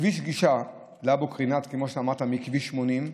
כביש גישה לאבו קרינאת, כמו שאמרת, מכביש 80,